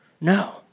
no